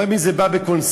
לפעמים זה בא בקונסנזוס,